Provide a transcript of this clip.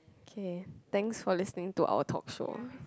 okay thanks for listening to our talk show